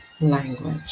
language